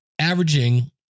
averaging